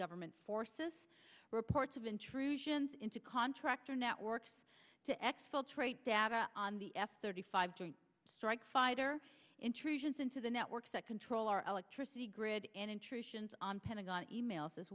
government forces reports of intrusions into contractor networks to exfiltrate data on the f thirty five joint strike fighter intrusions into the networks that control our electricity grid and intrusions on pentagon e mails as